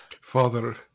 Father